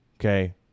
okay